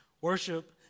worship